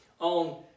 on